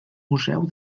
museu